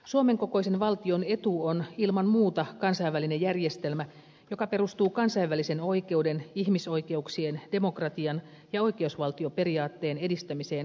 suomen kokoisen valtion etu on ilman muuta kansainvälinen järjestelmä joka perustuu kansainvälisen oikeuden ihmisoikeuksien demokratian ja oikeusvaltioperiaatteen edistämiseen kaikkialla maailmassa